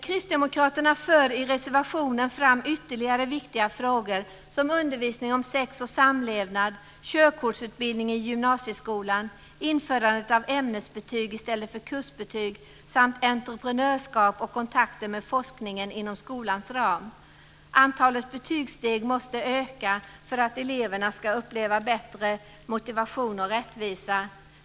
Kristdemokraterna för i reservationen fram ytterligare viktiga frågor som undervisning om sex och samlevnad, körkortsutbildning i gymnasieskolan, införandet av ämnesbetyg i stället för kursbetyg samt entreprenörskap och kontakter med forskningen inom skolans ram. Antalet betygssteg måste öka för att eleverna ska uppleva bättre motivation och rättvisa.